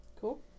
cool